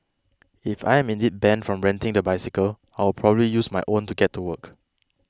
if I am indeed banned from renting the bicycle I will probably using my own to get to work